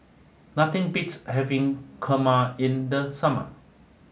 nothing beats having Kurma in the summer